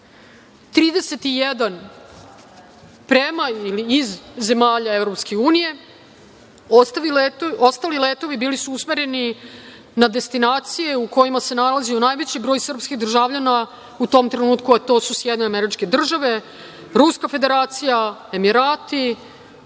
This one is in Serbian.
31 prema ili iz zemalja Evropske unije. Ostali letovi bili su usmereni na destinacije u kojima se nalazio najveći broj srpskih državljana u tom trenutku, a to su SAD, Ruska Federacija, Emirati,